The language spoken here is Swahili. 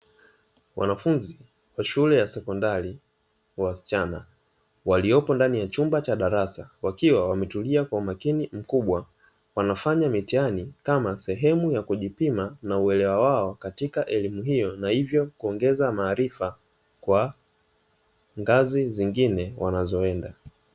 Wanafunzi wa shule ya sekondali ya wasichana waliopo ndani ya chumba cha darasa wakiwa wametulia kwa umakinii mkubwa, wanafanya mitihani kama sehemu ya kujipima na uwelewa wao katika elimu hiyo nahivyo kuongeza maarifa kwa ngazi zingine wanazoenda.